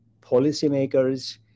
policymakers